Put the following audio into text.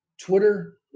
Twitter